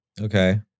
Okay